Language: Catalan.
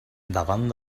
davant